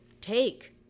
take